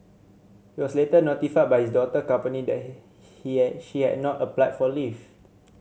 he was later notified by his daughter company that he he had she had not applied for leave